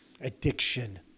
addiction